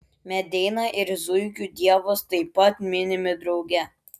medeina ir zuikių dievas taip pat minimi drauge